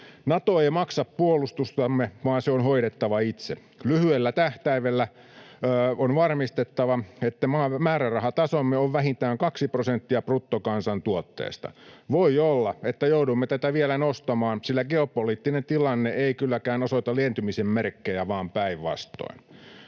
Nato ei maksa puolustustamme, vaan se on hoidettava itse. Lyhyellä tähtäimellä on varmistettava, että määrärahatasomme on vähintään kaksi prosenttia bruttokansantuotteesta. Voi olla, että joudumme tätä vielä nostamaan, sillä geopoliittinen tilanne ei kylläkään osoita lientymisen merkkejä vaan päinvastoin.